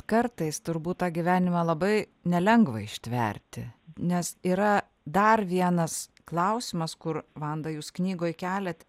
kartais turbūt tą gyvenimą labai nelengva ištverti nes yra dar vienas klausimas kur vanda jūs knygoj keliat